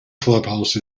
clubhouse